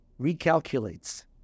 recalculates